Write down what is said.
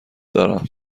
دارم